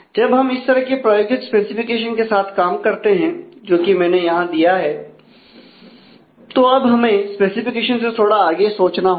जब हम इस तरह के प्रायोगिक स्पेसिफिकेशन के साथ काम करते हैं जो कि मैंने यहां दिया है तो अब हमें स्पेसिफिकेशन से थोड़ा आगे सोचना होगा